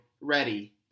READY